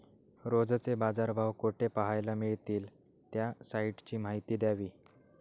रोजचे बाजारभाव कोठे पहायला मिळतील? त्या साईटची माहिती द्यावी